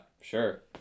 Sure